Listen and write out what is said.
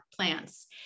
plants